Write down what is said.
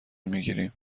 میگیریم